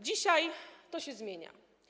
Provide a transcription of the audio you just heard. Dzisiaj to się zmienia.